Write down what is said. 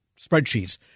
spreadsheets